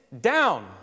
down